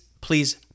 please